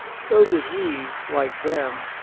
so did he, like them,